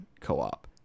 co-op